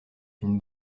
une